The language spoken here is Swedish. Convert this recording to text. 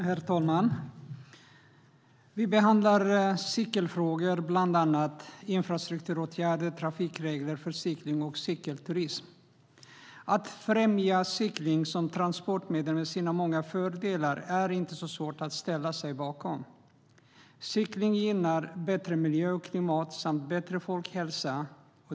Herr talman! Vi behandlar cykelfrågor, bland annat infrastrukturåtgärder, trafikregler för cykling och cykelturism. Att främja cykeln som transportmedel med dess många fördelar är inte svårt att ställa sig bakom. Cykling gynnar bättre miljö och klimat samt bättre folkhälsa.